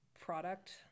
product